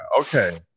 okay